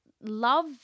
love